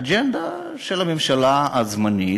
אג'נדה של הממשלה הזמנית,